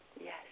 Yes